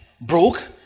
broke